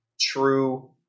true